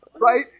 Right